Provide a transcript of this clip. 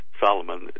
Solomon